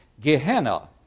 Gehenna